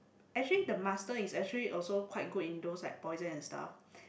actually the master is actually also quite good in those like poison and stuff